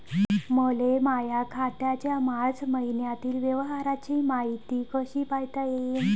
मले माया खात्याच्या मार्च मईन्यातील व्यवहाराची मायती कशी पायता येईन?